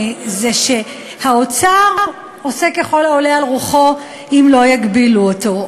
זה שהאוצר עושה ככל העולה על רוחו אם לא יגבילו אותו.